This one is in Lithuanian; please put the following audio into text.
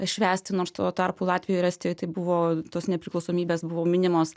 švęsti nors tuo tarpu latvijoj ir estijoj tai buvo tos nepriklausomybės buvo minimos